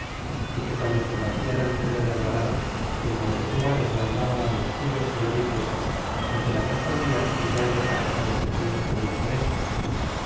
é que guando combatian al pedro de alvarado que el montezuma les mandaba los suyos que no lo hiciesen y que le respondian que ya no era cosa de sufrir tenelle preso